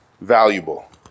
valuable